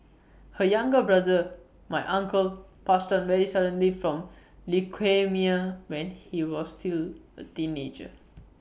her younger brother my uncle passed on very suddenly from leukaemia when he was still A teenager